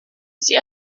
sie